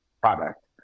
product